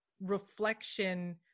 reflection